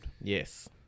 Yes